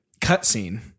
cutscene